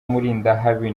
mulindahabi